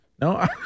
No